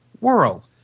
world